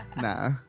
Nah